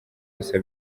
gusa